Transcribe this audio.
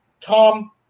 Tom